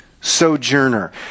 sojourner